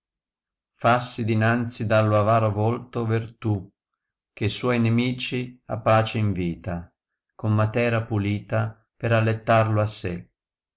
fassi dinanzi dallo avaro volto yertù eh euuoi nemici a pace invita con matera pulita per allettarlo a sé